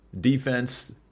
defense